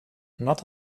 not